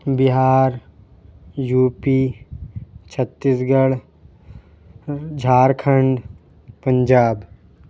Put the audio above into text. Bihar U P Chhattisgarh Jharkhand Punjab